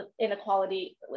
inequality